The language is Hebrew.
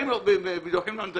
הם באים ודוחים את הנגישות.